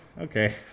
okay